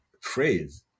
phrase